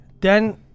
Then-